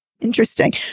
Interesting